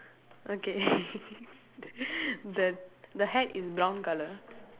okay the the hat is brown colour